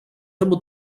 robót